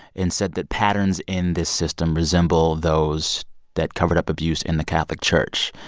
and said that patterns in this system resemble those that covered up abuse in the catholic church.